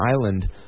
island